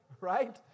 Right